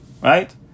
Right